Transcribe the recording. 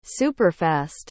Superfast